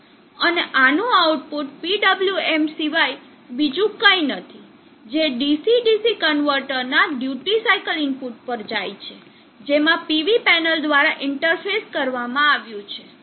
અને આનું output PWM સિવાય બીજું કંઈ નથી જે DC DC કન્વર્ટરના ડ્યુટી સાઇકલ ઇનપુટ પર જાય છે જેમાં PV પેનલ દ્વારા ઇન્ટરફેસ કરવામાં આવ્યું છે